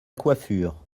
coiffure